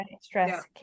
Stress